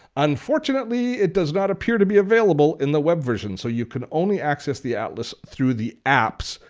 unfortunately, it does not appear to be available in the web version so you could only access the atlas through the apps,